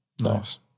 Nice